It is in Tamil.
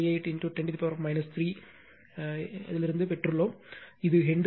58 10 3 பெற்றுள்ளோம் இது ஹென்றி